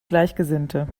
gleichgesinnte